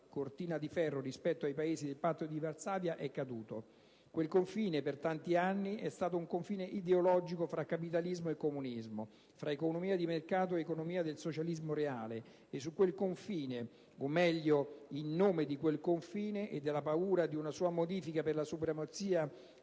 cortina di ferro rispetto ai Paesi del Patto di Varsavia, è caduto. Quel confine, per tanti anni, è stato un confine ideologico fra capitalismo e comunismo, fra economia di mercato ed economia del socialismo reale, e sul quel confine, o meglio in nome di quel confine e della paura di una sua modifica per la supremazia